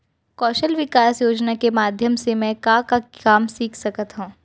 कौशल विकास योजना के माधयम से मैं का का काम सीख सकत हव?